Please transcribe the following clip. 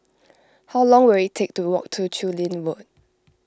how long will it take to walk to Chu Lin Road